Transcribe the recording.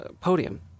podium